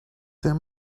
there